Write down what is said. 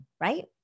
right